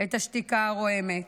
את השתיקה הרועמת.